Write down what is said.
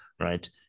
right